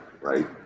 right